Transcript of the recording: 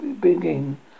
begin